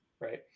right